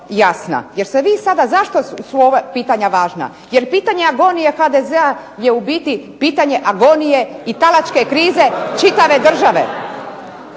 jasna jer se vi sada, zašto su ova pitanja važna. Jer pitanje agonije HDZ-a je u biti pitanje agonije i talačke krize čitave države.